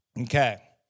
Okay